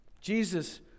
Jesus